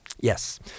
Yes